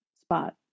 spot